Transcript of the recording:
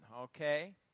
okay